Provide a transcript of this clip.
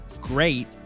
great